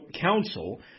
counsel